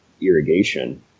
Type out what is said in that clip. irrigation